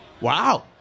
Wow